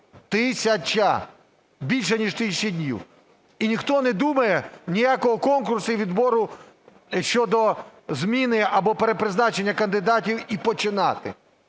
Тисяча! Більше, ніж тисяча днів. І ніхто не думає, ніякого конкурсу і відбору щодо зміни або перепризначення кандидатів і починати.